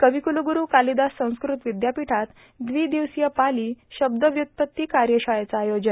कविकुलगुरू कालिदास संस्कृत विद्यापीठात द्वि दिवसीय पाली शब्दव्युत्पत्ती कार्यशाळेच आयोजन